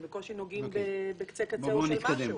הם בקושי נוגעים בקצה קצהו של משהו.